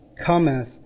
cometh